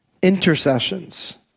Intercessions